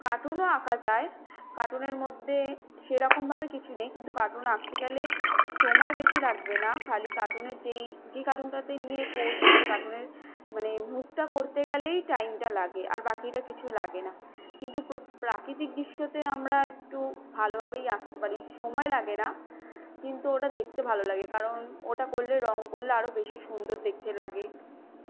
কার্টুনও আঁকা যায় কার্টুনের মধ্যে সেরকমভাবে কিছু নেই কিন্তু কার্টুন আঁকতে গেলে সময় বেশি লাগবে না খালি কার্টুনের যেই যে কার্টুনটাতে নিয়ে করবো সেই কার্টুনের মানে মুখটা করতে গেলেই টাইমটা লাগে আর বাকিটা কিছু লাগে না কিন্তু প্র প্রাকৃতিক দৃশ্যতে আমরা একটু ভালোভাবেই আঁকতে পারি সময় লাগে না কিন্তু ওটা দেখতে ভালো লাগে কারণ ওটা করলে রঙ করলে আরও বেশি সুন্দর দেখতে লাগে